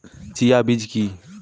Chia বীজ কী?